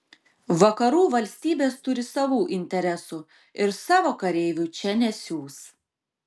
vakarų valstybės turi savų interesų ir savo kareivių čia nesiųs